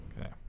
Okay